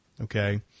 okay